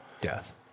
death